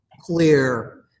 clear